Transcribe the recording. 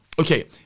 okay